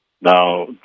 Now